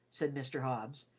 said mr. hobbs.